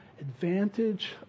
advantage